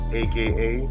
aka